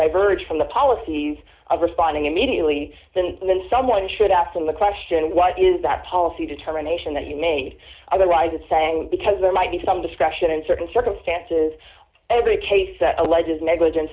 diverged from the policies of responding immediately then and then someone should ask them the question what is that policy determination that you made otherwise and saying because there might be some discretion in certain circumstances every case that alleges negligence